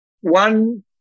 One